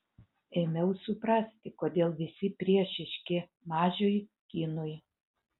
ėmiau suprasti kodėl visi priešiški mažiui kinui